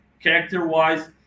character-wise